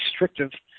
restrictive